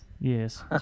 Yes